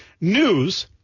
news